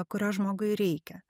kurios žmogui reikia